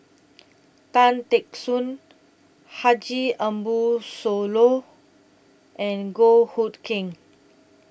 Tan Teck Soon Haji Ambo Sooloh and Goh Hood Keng